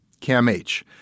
CAMH